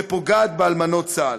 שפוגעת באלמנות צה"ל?